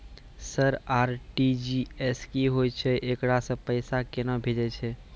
Sir RTGS की होय छै, एकरा से पैसा केना भेजै छै?